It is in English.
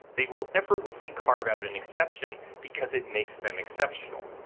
they will effortlessly carve out an exception because it makes them exceptional.